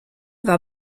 war